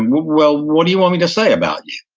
well, what do you want me to say about you?